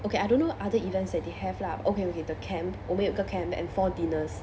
okay I don't know other events that they have lah okay okay the camp 我们有一个 camp and four dinners